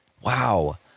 wow